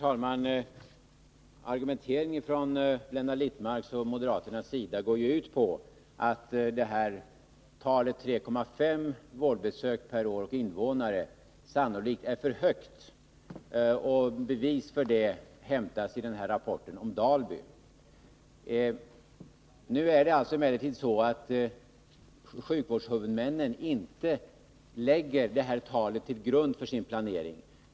Herr talman! Blenda Littmarcks och moderaternas argumentering går ju 14 december 1982 ut på att detta tal 3,5 vårdbesök per år och invånare sannolikt är för högt. Bevis för detta hämtas i rapporten om Dalby. Nu lägger emellertid sjukvårdshuvudmännen inte detta tal till grund för sin planering.